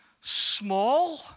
small